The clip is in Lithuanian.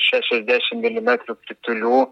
šešiasdešim milimetrų kritulių